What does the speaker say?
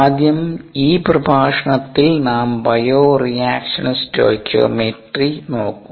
ആദ്യം ഈ പ്രഭാഷണത്തിൽ നാം ബയോ റിയാക്ഷൻ സ്റ്റോകിയോമെട്രി നോക്കും